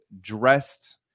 dressed